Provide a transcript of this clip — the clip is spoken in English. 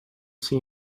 see